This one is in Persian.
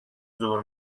زور